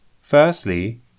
Firstly